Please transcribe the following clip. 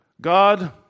God